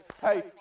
hey